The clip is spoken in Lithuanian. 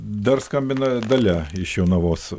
dar skambina dalia iš jonavos